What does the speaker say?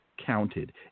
Counted